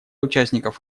участников